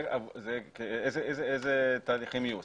איזה תהליכים יהיו,